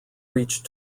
reached